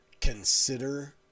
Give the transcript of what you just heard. consider